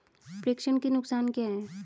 प्रेषण के नुकसान क्या हैं?